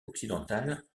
occidental